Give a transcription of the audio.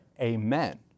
Amen